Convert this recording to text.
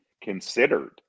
considered